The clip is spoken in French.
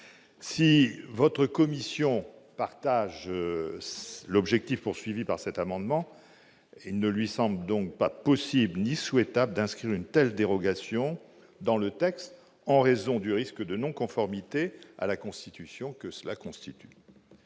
si votre commission partage l'objectif poursuivi par cet amendement ne lui semble donc pas possible, ni souhaitable d'inscrire une telle dérogation dans le texte, en raison du risque de non-conformité à la constitution, que cela constitue